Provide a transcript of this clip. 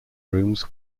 rooms